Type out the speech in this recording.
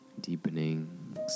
Deepening